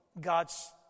God's